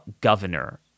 governor